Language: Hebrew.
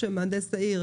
שמהנדס העיר,